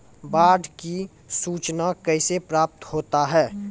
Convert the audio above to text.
बाढ की सुचना कैसे प्राप्त होता हैं?